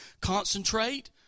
concentrate